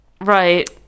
Right